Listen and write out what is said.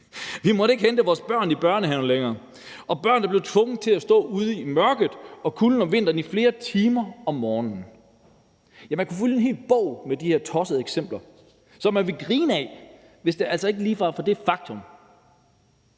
Vi måtte ikke hente vores børn i børnehaven længere, og børnene blev tvunget til at stå ude i mørket og kulden om vinteren i flere timer om morgenen. Man kunne fylde en hel bog med de her tossede eksempler, som man ville grine af, hvis det altså ikke lige var for det faktum,